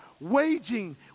waging